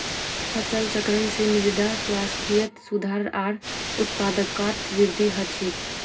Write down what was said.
फसल चक्रण से मृदा स्वास्थ्यत सुधार आर उत्पादकतात वृद्धि ह छे